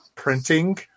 printing